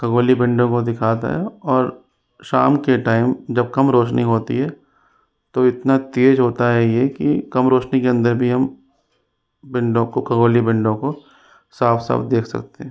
खगोलीय पिण्डों को दिखाता है और शाम के टाइम जब कम रौशनी होती है तो इतना तेज होता है यह कि कम रौशनी के अंदर भी हम पिण्डों को हम खगोलीय पिण्डों को साफ़ साफ़ देख सकते हैं